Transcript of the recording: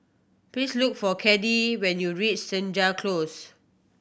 please look for Caddie when you reach Senja Close